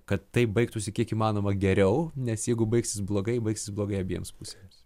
kad tai baigtųsi kiek įmanoma geriau nes jeigu baigsis blogai baigsis blogai abiems pusėms